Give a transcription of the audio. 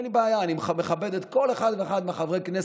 אין לי בעיה, אני מכבד כל אחד ואחד מחברי הכנסת,